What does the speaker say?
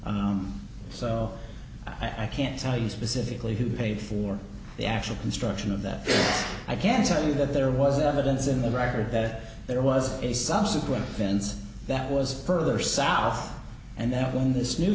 case so i can't tell you specifically who paid for the actual construction of that i can tell you that there was evidence in the record that there was a subsequent fence that was further south and then when this new